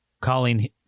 Colleen